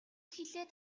хэлээд